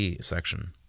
section